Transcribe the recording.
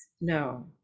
No